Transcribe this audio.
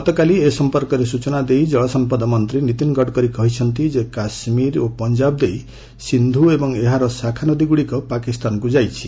ଗତକାଲି ଏ ସମ୍ପର୍କରେ ସୂଚନା ଦେଇ ଜଳସମ୍ପଦ ମନ୍ତ୍ରୀ ନୀତିନ ଗଡକରି କହିଛନ୍ତି ଯେ କାଶ୍ୱୀର ଓ ପଞ୍ଜାବ ଦେଇ ସିନ୍ଧୁ ଏବଂ ଏହାର ଶାଖାନଦୀ ଗୁଡ଼ିକ ପାକିସ୍ତାନକୁ ଯାଇଛି